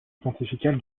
pontificale